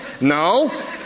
no